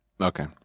Okay